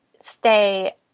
stay